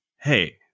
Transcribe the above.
hey